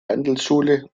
handelsschule